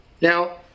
now